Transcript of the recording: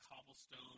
cobblestone